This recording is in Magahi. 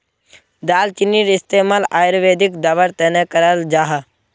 दालचीनीर इस्तेमाल आयुर्वेदिक दवार तने कराल जाहा